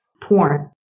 porn